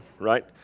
Right